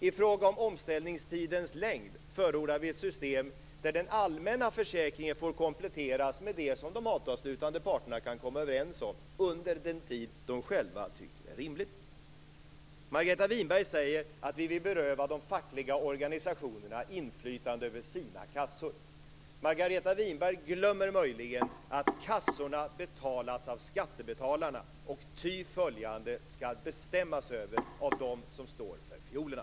I fråga om omställningstidens längd förordar vi ett system där den allmänna försäkringen får kompletteras med det som de avtalsslutande parterna kan komma överens om under den tid de själva tycker är rimlig. Margareta Winberg säger att vi vill beröva de fackliga organisationerna inflytande över sina kassor. Margareta Winberg glömmer möjligen att kassorna betalas av skattebetalarna och därför skall bestämmas över av dem som står för fiolerna.